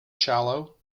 shallow